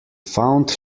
found